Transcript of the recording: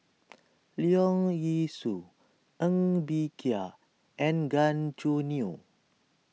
Leong Yee Soo Ng Bee Kia and Gan Choo Neo